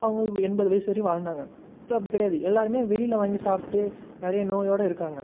அவங்க எண்பது வயசு வரையும் வாழ்ந்தாங்க இப்போ அப்படி கிடையாது எல்லோருமே வெளியில் வாங்கி சாப்பிட்டு நிறையா நோயோடு இருக்காங்க